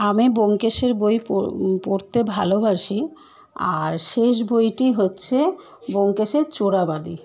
আমি ব্যোমকেশের বই পড় পড়তে ভালোবাসি আর শেষ বইটি হচ্ছে ব্যোমকেশের চোরাবালি